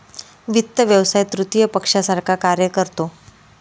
वित्त व्यवसाय तृतीय पक्षासारखा कार्य करतो